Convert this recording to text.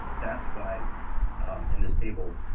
that's why in this table,